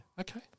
Okay